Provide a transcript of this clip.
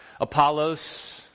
Apollos